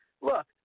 look